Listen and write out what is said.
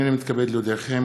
הנני מתכבד להודיעכם,